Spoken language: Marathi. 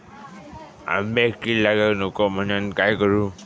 आंब्यक कीड लागाक नको म्हनान काय करू?